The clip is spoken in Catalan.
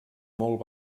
molt